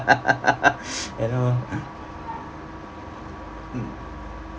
you know mm